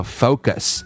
focus